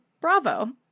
bravo